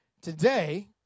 today